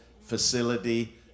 facility